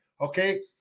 okay